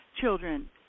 children